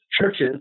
churches